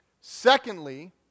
Secondly